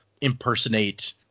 impersonate